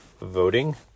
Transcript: voting